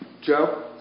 Joe